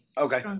Okay